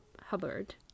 Hubbard